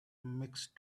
mixed